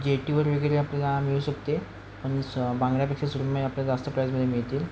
जेटीवर वगैरे आपल्याला मिळू शकते पण स बांगड्यापेक्षा सुरमई आपल्याला जास्त प्राईजमध्ये मिळतील